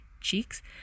cheeks